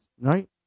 right